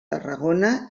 tarragona